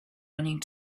running